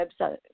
website